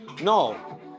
No